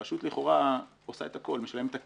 הרשות לכאורה עושה את הכול משלמת את הכסף,